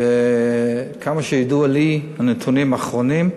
עד כמה שידוע לי, הנתונים האחרונים,